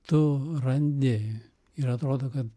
tu randi ir atrodo kad